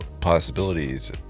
possibilities